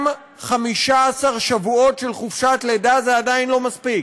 גם 15 שבועות של חופשת לידה זה עדיין לא מספיק,